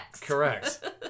Correct